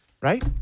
Right